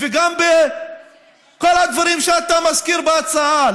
וגם בכל הדברים שאתה מזכיר בהצעה?